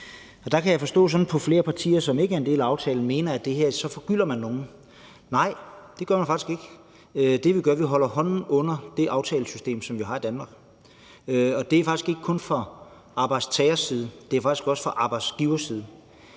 der kan jeg sådan på flere partier, som ikke er en del af aftalen, forstå, at de mener, at man med det her forgylder nogen. Nej, det gør man faktisk ikke. Det, vi gør, er, at vi holder hånden under det aftalesystem, som vi har i Danmark, og det er faktisk ikke kun fra arbejdstagers side, men det er også fra arbejdsgivers side.